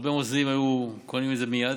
הרבה מוסדיים היו קונים את זה מייד,